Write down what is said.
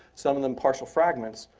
some of them partial fragments,